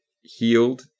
healed